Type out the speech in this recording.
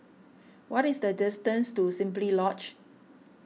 what is the distance to Simply Lodge